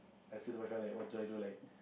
I see like what do I do like